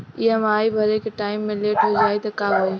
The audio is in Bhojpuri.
ई.एम.आई भरे के टाइम मे लेट हो जायी त का होई?